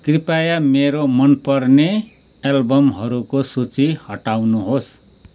कृपया मेरो मनपर्ने एल्बमहरूको सूची हटाउनुहोस्